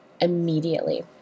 immediately